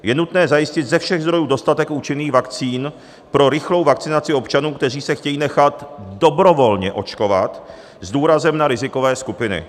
Je nutné zajistit ze všech zdrojů dostatek účinných vakcín pro rychlou vakcinaci občanů, kteří se chtějí nechat dobrovolně očkovat, s důrazem na rizikové skupiny.